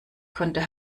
konnte